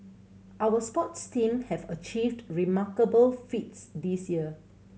our sports team have achieved remarkable feats this year